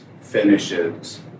finishes